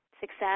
success